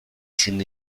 sin